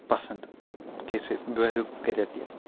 پَسنٛد کیٛازکہِ بہٕ ہیوٚک کٔرِتھ یہِ